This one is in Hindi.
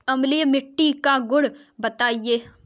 अम्लीय मिट्टी का गुण बताइये